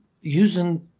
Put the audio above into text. using